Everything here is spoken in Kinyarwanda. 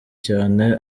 cyane